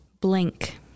Blink